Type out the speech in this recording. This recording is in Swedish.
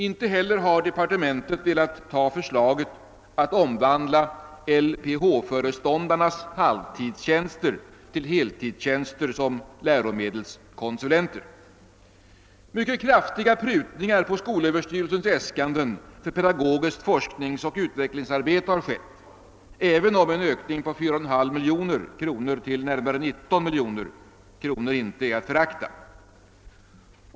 Inte heller har departementet velat ta förslaget att omvandla LPH-föreståndarnas halvtidstjänster till heltidstjänster som läromedelskonsulenter. Mycket kraftiga prutningar på skolöverstyrelsens äskanden för pedagogiskt forskningsoch utvecklingsarbete har gjorts, även om en ökning på 4,5 miljoner kronor till närmare 19 miljoner kronor inte är att förakta.